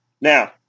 Now